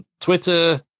twitter